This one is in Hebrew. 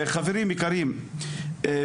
צריכים לדבר בערבית עכשיו.